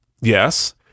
Yes